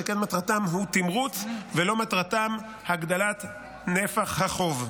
שכן מטרתם היא תמרוץ ואין מטרתם הגדלת נפח החוב.